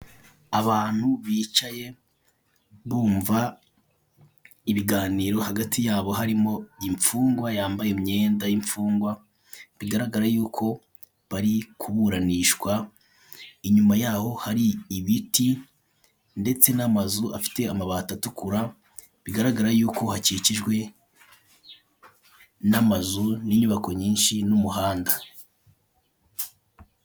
Abantu bicaye bumva ibiganiro, hagati yabo harimo imfungwa yambaye imyenda y'imfungwa, bigaragara yuko bari kuburanishwa, inyuma yaho hari ibiti, ndetse n'amazu afite amabati atukura, bigaragara ko hakikijwe n'amazu, n'inyubako nyinshi, n'umuhanda.